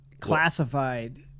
classified